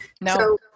No